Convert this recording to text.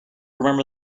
remember